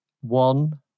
one